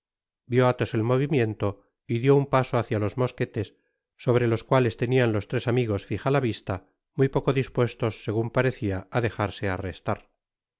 vió athos el movimiento y dió un paso hácia los mos queles sobre los cuales tenian los tres amigos fija la vista muy poco dispuestos segun parecia á dejarse arrestar